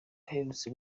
aherutse